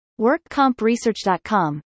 WorkCompResearch.com